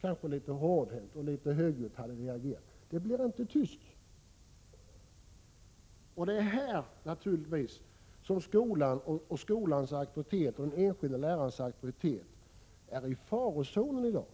kanske litet hårdhänt och litet högljudd hade reagerat? Det skulle inte bli tyst. Och det är på den punkten naturligtvis som skolans och den enskilde lärarens aktoritet är i fara i dag.